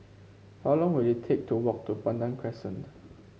how long will it take to walk to Pandan Crescent